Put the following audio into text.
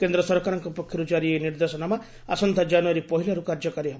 କେନ୍ଦ୍ ସରକାରଙ୍କ ପକ୍ଷରୁ ଜାରି ଏହି ନିର୍ଦ୍ଦେଶାନାମା ଆସନ୍ତା ଜାନୁଆରୀ ପହିଲାରୁ କାର୍ଯ୍ୟକାରୀ ହେବ